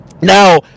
Now